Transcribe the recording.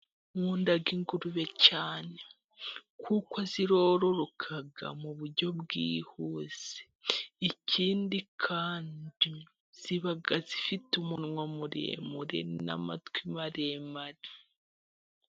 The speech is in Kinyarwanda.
Nkunda ingurube cyane kuko zirororoka mu buryo bwihuse. Ikindi kandi ziba zifite umunwa muremure n'amatwi maremare.